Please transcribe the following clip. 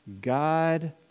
God